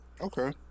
Okay